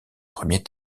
premier